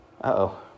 Uh-oh